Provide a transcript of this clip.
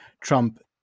Trump